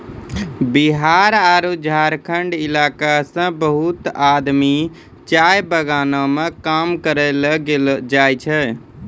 बिहार आरो झारखंड इलाका सॅ बहुत आदमी चाय बगानों मॅ काम करै ल जाय छै